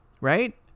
Right